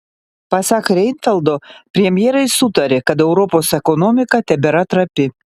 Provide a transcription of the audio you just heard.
pasak reinfeldto premjerai sutarė kad europos ekonomika tebėra trapi